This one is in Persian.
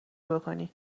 بکنی